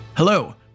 Hello